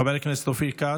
חבר הכנסת אופיר כץ,